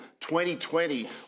2020